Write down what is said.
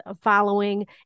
following